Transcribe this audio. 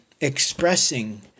expressing